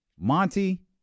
Monty